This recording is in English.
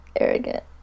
arrogant